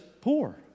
poor